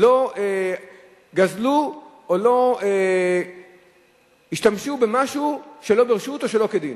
לא גזלו או לא השתמשו במשהו שלא ברשות או שלא כדין.